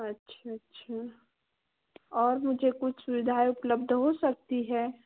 अच्छा अच्छा और मुझे कुछ सुविधाएँ उपलब्ध हो सकती हैं